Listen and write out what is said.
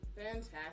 Fantastic